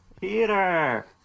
Peter